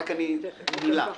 רק מילה,